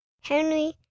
Henry